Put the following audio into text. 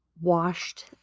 washed